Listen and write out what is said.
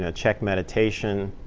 ah check meditation,